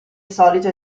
solito